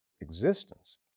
existence